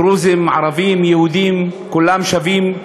דרוזים, ערבים, יהודים, כולם שווים?